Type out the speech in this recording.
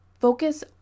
focus